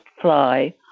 fly